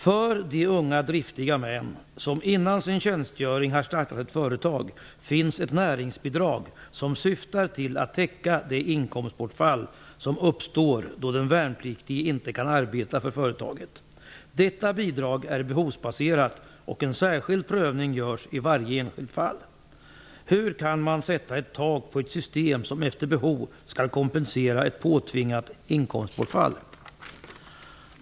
För de unga driftiga män som före sin tjänstgöring har startat ett företag finns ett näringsbidrag, som syftar till att täcka det inkomstbortfall som uppstår då den värnpliktige inte kan arbeta för företaget. Detta bidrag är behovsbaserat, och en särskild prövning görs i varje enskilt fall. Hur kan man sätta ett tak på ett system, som efter behov skall kompensera ett påtvingat inkomstbortfall?